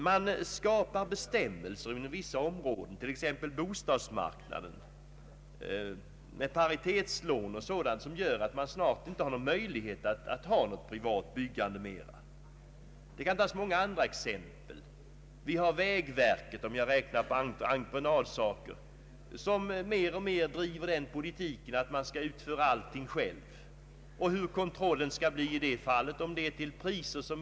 Bestämmelser kommer till på vissa områden, t.ex. i fråga om bostadsmarknaden — med paritetslån och annat — som gör att det snart inte finns något utrymme för ett privat byggande. Många andra exempel skulle kunna anföras. Vägverket driver i allt större utsträckning den politiken att verket skall göra allting självt. Hur någon kontroll skall kunna ske med ett sådant system, är svårt att förstå.